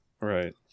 Right